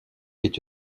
est